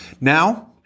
Now